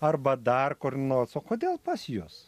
arba dar kur nors o kodėl pas juos